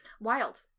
Wild